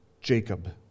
Jacob